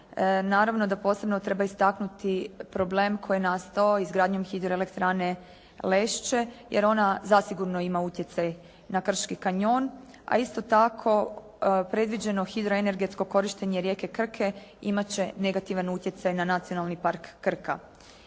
Naravno da posebno treba istaknuti problem koji je nastao izgradnjom hidroelektrane Lešće, jer ona zasigurno ima utjecaj na krški kanjon, a isto tako predviđeno hidroenergetsko korištenje rijeke Krke imati će negativan utjecaj na Nacionalni park Krka.